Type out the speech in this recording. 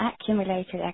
accumulated